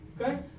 Okay